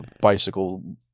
bicycle